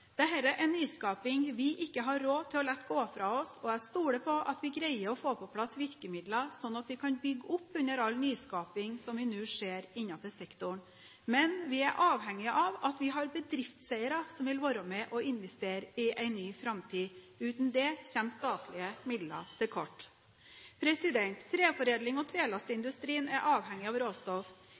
er nyskaping vi ikke har råd til å la gå fra oss, og jeg stoler på at vi greier å få på plass virkemidler, slik at vi kan bygge opp under all nyskaping som vi nå ser innenfor sektoren. Men vi er avhengig av at vi har bedriftseiere som vil være med og investere i en ny framtid. Uten det kommer statlige midler til kort. Treforedling og trelastindustrien er avhengig av råstoff.